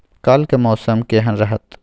काल के मौसम केहन रहत?